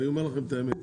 אני אומר לכם את האמת.